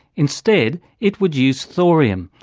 instead it would use thorium,